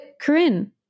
Corinne